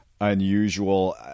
unusual